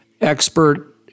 expert